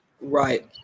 Right